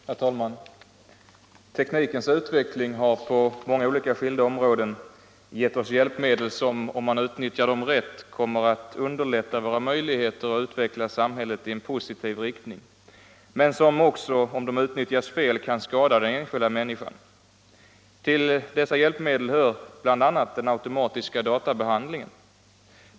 Herr talman! Teknikens utveckling har på många olika områden gett oss hjälpmedel som, om man utnyttjar dem rätt, kommer att underlätta våra möjligheter att utveckla samhället i en positiv riktning, men som också, om de utnyttjas fel, kan skada den enskilda människan. Till dessa hjälpmedel hör bl.a. den automatiska databehandlingen.